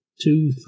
two